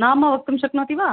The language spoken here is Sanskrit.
नाम वक्तुं शक्नोति वा